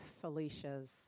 Felicia's